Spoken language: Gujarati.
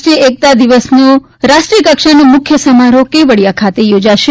રાષ્ટ્રીય એકતા દિવસનો રાષ્ટ્રીય કક્ષાનો મુખ્ય સમારોહ કેવડિયા ખાતે યોજાશે